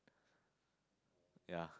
ya